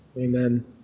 Amen